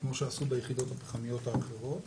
כמו שעשו ביחידות הפחמיות האחרות,